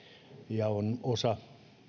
ja on